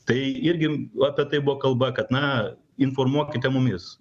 tai irgi apie tai buvo kalba kad na informuokite mumis